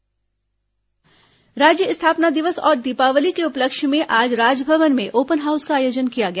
Raj Bhavan open house राज्य स्थापना दिवस और दीपावली के उपलक्ष्य में आज राजभवन में ओपन हाउस का आयोजन किया गया